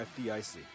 FDIC